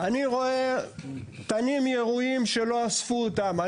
אני רואה תנים ירויים שלא אספו אותם.